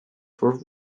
for